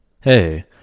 Hey